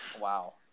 Wow